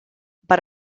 but